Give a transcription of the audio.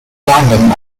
landing